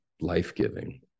life-giving